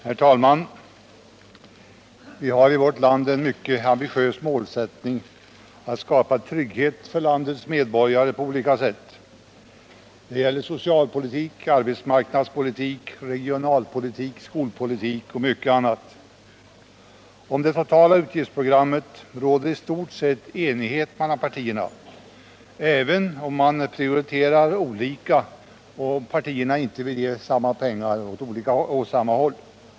Herr talman! Vi har i vårt land en mycket ambitiös målsättning att skapa trygghet för landets medborgare på olika sätt. Det gäller socialpolitik, arbetsmarknadspolitik, regionalpolitik, skolpolitik och mycket annat. Om det totala utgiftsprogrammet råder i stort sett enighet mellan partierna, även om de prioriterar olika och inte vill ge samma pengar åt samma håll.